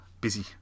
busy